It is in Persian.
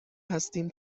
هستیم